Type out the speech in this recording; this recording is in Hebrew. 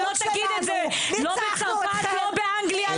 אתה לא תגיד את זה לא ברצפת ולא באנגליה,